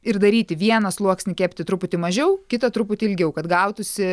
ir daryti vieną sluoksnį kepti truputį mažiau kitą truputį ilgiau kad gautųsi